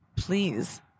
Please